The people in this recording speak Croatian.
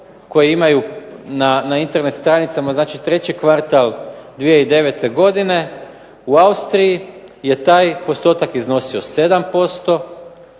koje imaju na Internet stranicama, znači treći kvartal 2009. godine u Austriji je taj postotak iznosio 7%,